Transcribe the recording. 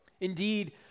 Indeed